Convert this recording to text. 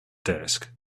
desk